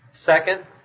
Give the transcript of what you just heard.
Second